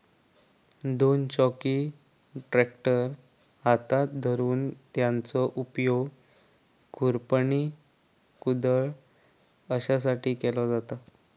दोन चाकी ट्रॅक्टर हातात धरून त्याचो उपयोग खुरपणी, कुदळ अश्यासाठी केलो जाता